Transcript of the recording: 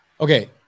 Okay